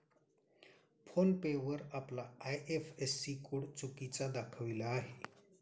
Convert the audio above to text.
phone पे वर आपला IFSC code चुकीचा दाखविला आहे